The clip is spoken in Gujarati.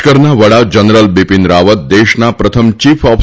લશ્કરના વડા જનરલ બિપીન રાવત દેશના પ્રથમ ચીફ ઓફ